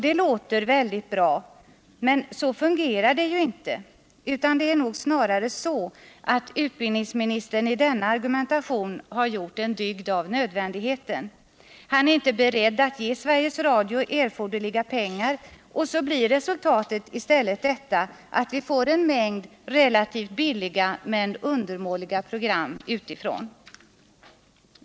Det låter väldigt bra, men så fungerar det ju inte, utan det är nog snarare så att utbildningsministern i denna argumentation gjort en dygd av nödvändigheten. Han är inte beredd att ge Sveriges Radio erforderliga pengar, och så blir resultatet i stället detta att vi får en mängd relativt billiga men undermåliga program utifrån.